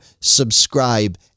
subscribe